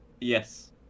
Yes